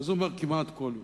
אז הוא אומר: כמעט כל יום.